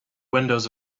windows